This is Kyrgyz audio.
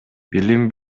билим